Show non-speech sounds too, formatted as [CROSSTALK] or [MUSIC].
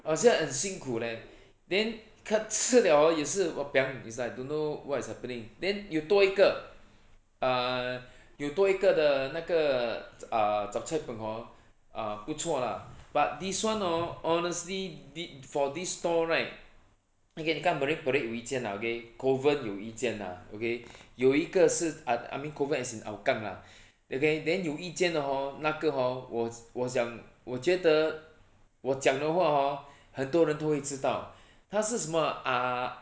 好像很辛苦 leh [BREATH] then 吃了 hor 也是 !wahpiang! is like don't know what is happening then 有多一个 err 又多一个的那个 err zhup cai png hor err 不错 lah but this [one] hor honestly thi~ for this store right marine parade 有一间 lah okay kovan 有一间 lah okay [BREATH] 有一个是 I I mean kovan as in hougang lah [BREATH] okay then 有一间的 hor 那个 hor 我我想我觉得我讲的话 hor [BREATH] 很多人都会知道 [BREATH] 他是什么 uh